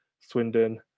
Swindon